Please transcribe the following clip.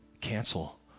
cancel